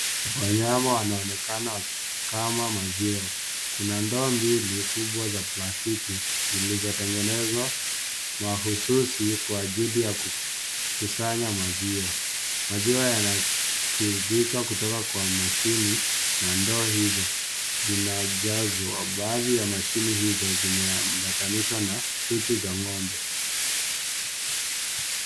Wanyama wanaonekana wakikama maziwa kuna ndoo mbili kubwa za plastiki vilivyotengenezwa mahususi kwa ajili ya kusanya maziwa maziwa yanatiririka kutoka kwa mashini na ndoo hizo zinajazwa baadhi ya mashini hizo zimeambatanishwa na chuchu za ng'ombe.